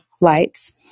lights